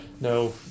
no